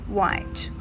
White